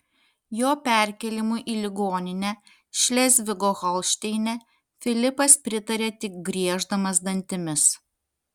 jo perkėlimui į ligoninę šlezvigo holšteine filipas pritarė tik grieždamas dantimis